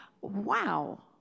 wow